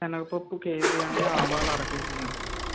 సెనగ పప్పు కేజీ అండి ఆవాలు అర కేజీ అండి